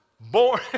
born